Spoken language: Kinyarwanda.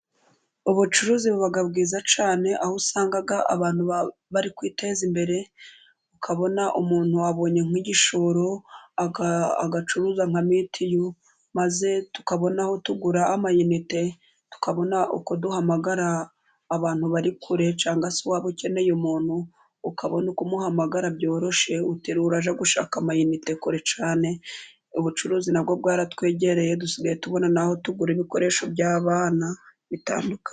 Ubucuruzi buba bwiza cyane aho usanga abantu bari kwiteza imbere, ukabona umuntu abonye nk'igishoro agacuruza nka mitiyu maze tukabona aho tugura amayinite, tukabona uko duhamagara abantu bari kure cyangwa se waba ukeneye umuntu ukabona uko umuhamagara byoroshye utiriwe urajya gushaka amayinite kure cyane ,ubucuruzi nabwo bwaratwegereye dusigaye tubona n'aho tugura ibikoresho by'abana bitandukanye.